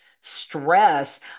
stress